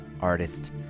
artist